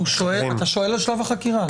אתה שואל על שלב החקירה?